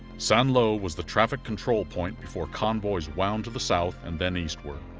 st. lo was the traffic control point before convoys wound to the south and then eastward.